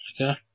Okay